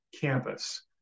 campus